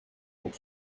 pour